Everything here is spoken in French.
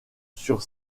sur